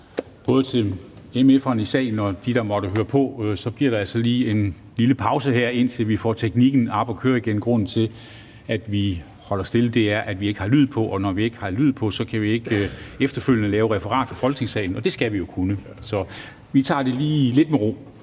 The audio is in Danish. både til mf'erne i salen og dem, der måtte høre på, vil jeg sige, at der altså lige bliver en lille pause, indtil vi får teknikken op at køre igen. Grunden til, at vi holder pause, er, at vi ikke har lyd, og når vi ikke har lyd, kan vi ikke efterfølgende lave referat fra Folketingssalen, og det skal vi jo kunne. Så vi tager det lige lidt med ro.